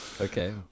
Okay